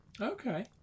okay